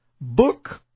Book